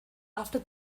after